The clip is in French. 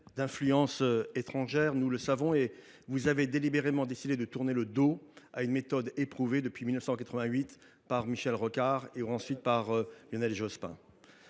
d’influences étrangères. Vous avez délibérément décidé de tourner le dos à une méthode éprouvée depuis 1988 par Michel Rocard, puis par Lionel Jospin.